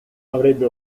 avrebbe